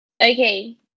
Okay